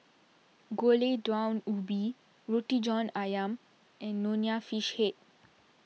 Gulai Daun Ubi Roti John Ayam and Nonya Fish Head